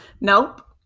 Nope